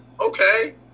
okay